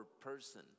person